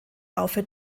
laufe